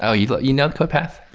ah you like you know codepath?